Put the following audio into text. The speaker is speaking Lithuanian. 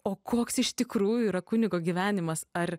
o koks iš tikrųjų yra kunigo gyvenimas ar